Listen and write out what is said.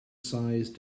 size